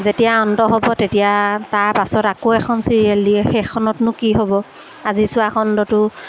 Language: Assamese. যেতিয়া অন্ত হ'ব তেতিয়া তাৰপাছত আকৌ এখন চিৰিয়েল দিয়ে সেইখনতনো কি হ'ব আজি চোৱা খণ্ডটো